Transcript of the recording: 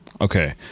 Okay